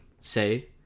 say